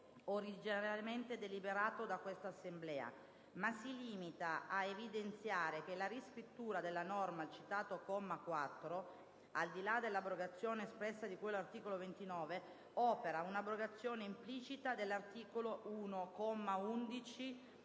originariamente deliberato da questa Assemblea - ma si limita a evidenziare che la riscrittura della norma al citato comma 4, al di là dell'abrogazione espressa di cui all'articolo 29, opera una abrogazione implicita dell'articolo 1,